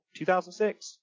2006